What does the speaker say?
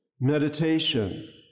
meditation